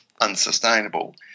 unsustainable